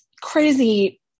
crazy